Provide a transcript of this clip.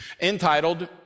entitled